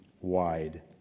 wide